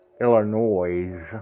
Illinois